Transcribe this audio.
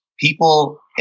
people